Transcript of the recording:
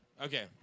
Okay